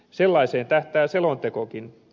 sellaiseen tähtää selontekokin